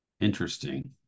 Interesting